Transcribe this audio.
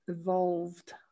evolved